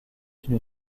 une